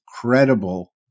credible